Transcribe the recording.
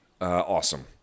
awesome